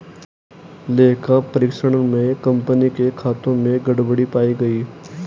लेखा परीक्षण में कंपनी के खातों में गड़बड़ी पाई गई